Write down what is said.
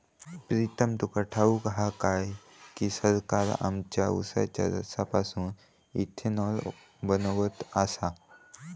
प्रीतम तुका ठाऊक हा काय की, सरकार आमच्या उसाच्या रसापासून इथेनॉल बनवत आसा